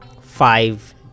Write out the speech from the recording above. five